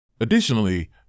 Additionally